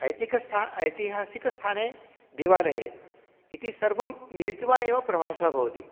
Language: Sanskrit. ऐतिहासिकं ऐतिहासिकस्थाने देवालये इति सर्वं मिलित्वा एव प्रवासः भवति